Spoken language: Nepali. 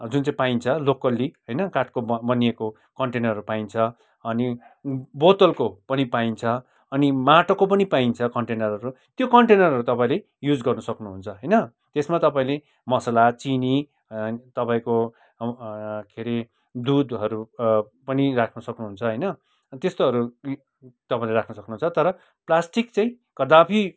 जुन चाहिँ पाइन्छ लोकल्ली होइन काठको बनिएको कन्टेनरहरू पाइन्छ अनि बोतलको पनि पाइन्छ अनि माटोको पनि पाइन्छ कन्टेनरहरू त्यो कन्टेनरहरू तपाईँले युज गर्नु सक्नुहुन्छ होइन त्यसमा तपाईँले मसला चिनी तपाईँको के अरे दुधहरू पनि राख्न सक्नुहुन्छ होइन त्यस्तोहरू तपाईँले राख्नु सक्नुहुन्छ तर प्लास्टिक चाहिँ कदापि